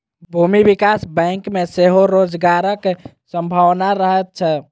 भूमि विकास बैंक मे सेहो रोजगारक संभावना रहैत छै